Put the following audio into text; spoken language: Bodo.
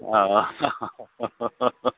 अ